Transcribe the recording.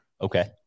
Okay